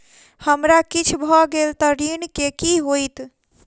हमरा किछ भऽ गेल तऽ ऋण केँ की होइत?